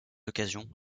occasion